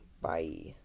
Bye